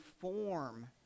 form